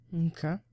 Okay